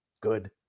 good